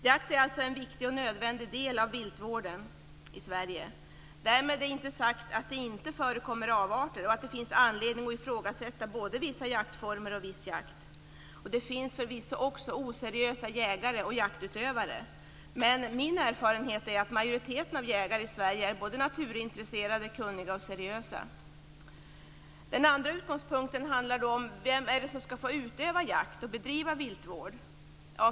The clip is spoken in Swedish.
Jakt är alltså en viktig och nödvändig del av viltvården i Sverige. Därmed inte sagt att det inte förekommer avarter och att det finns anledning att ifrågasätta både vissa jaktformer och viss jakt. Det finns förvisso också oseriösa jägare och jaktutövare. Men min erfarenhet är att majoriteten av jägare i Sverige är både naturintresserade, kunniga och seriösa. Den andra utgångspunkten handlar om vem det är som ska få utöva jakt och bedriva viltvård.